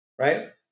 right